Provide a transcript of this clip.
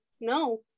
no